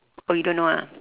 oh you don't know ah